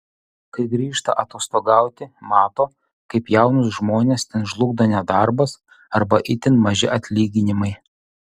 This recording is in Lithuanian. kai grįžta atostogauti mato kaip jaunus žmones ten žlugdo nedarbas arba itin maži atlyginimai